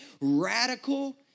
radical